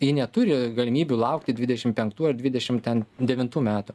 ji neturi galimybių laukti dvidešim penktų ar dvidešim ten devintų metų